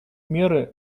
меры